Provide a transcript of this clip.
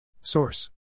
Source